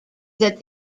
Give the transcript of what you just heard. that